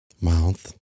Mouth